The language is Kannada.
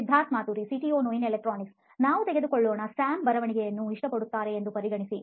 ಸಿದ್ಧಾರ್ಥ್ ಮಾತುರಿ ಸಿಇಒ ನೋಯಿನ್ ಎಲೆಕ್ಟ್ರಾನಿಕ್ಸ್ ನಾವು ತೆಗೆದುಕೊಳ್ಳೋಣ ಸ್ಯಾಮ್ ಬರವಣಿಗೆಯನ್ನು ಇಷ್ಟಪಡುತ್ತಾರೆ ಎಂದು ಪರಿಗಣಿಸಿ